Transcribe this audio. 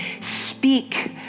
speak